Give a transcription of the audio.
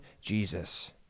Jesus